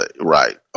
right